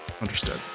Understood